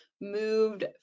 moved